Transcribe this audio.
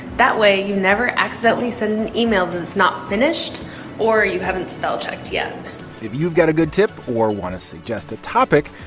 that way you never accidentally send an email that's not finished or you haven't spell-checked yet if you've got a good tip or want to suggest a topic,